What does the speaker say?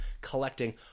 collecting